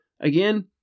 Again